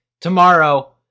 tomorrow